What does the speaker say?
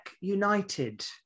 United